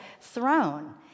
throne